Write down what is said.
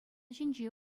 ҫинче